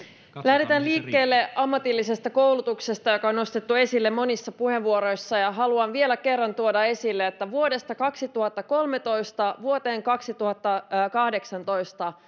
lähdetään liikkeelle ammatillisesta koulutuksesta joka on nostettu esille monissa puheenvuoroissa haluan vielä kerran tuoda esille että vuodesta kaksituhattakolmetoista vuoteen kaksituhattakahdeksantoista